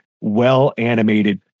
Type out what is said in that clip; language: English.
well-animated